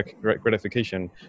gratification